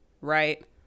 right